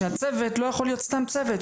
שהצוות לא יכול להיות סתם צוות.